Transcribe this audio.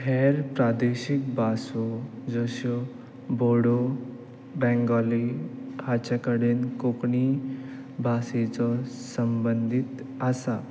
हेर प्रादेशीक भासो जश्यो बोडो बेंगोली हाचे कडेन कोंकणी भाशेचो संबंदींत आसा